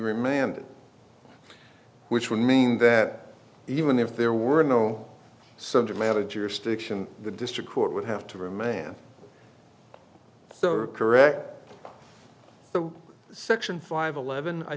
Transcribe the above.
remanded which would mean that even if there were no subject matter jurisdiction the district court would have to remand correct the section five eleven i